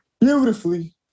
beautifully